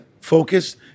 focused